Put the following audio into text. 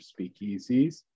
speakeasies